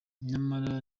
nyamara